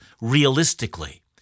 realistically